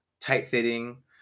Tight-fitting